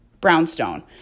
brownstone